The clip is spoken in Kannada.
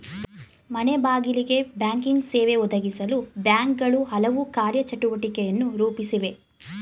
ಮನೆಬಾಗಿಲಿಗೆ ಬ್ಯಾಂಕಿಂಗ್ ಸೇವೆ ಒದಗಿಸಲು ಬ್ಯಾಂಕ್ಗಳು ಹಲವು ಕಾರ್ಯ ಚಟುವಟಿಕೆಯನ್ನು ರೂಪಿಸಿವೆ